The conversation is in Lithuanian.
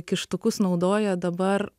kištukus naudoja dabar